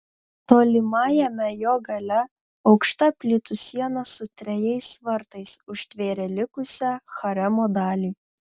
tolimajame jo gale aukšta plytų siena su trejais vartais užtvėrė likusią haremo dalį